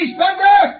Spender